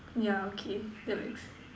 yeah okay that makes